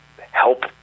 help